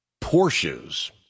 Porsches